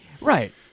Right